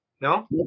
No